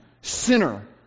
sinner